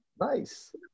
Nice